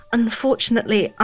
unfortunately